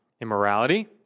immorality